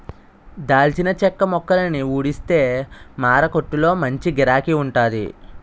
దాల్చిన చెక్క మొక్కలని ఊడిస్తే మారకొట్టులో మంచి గిరాకీ వుంటాది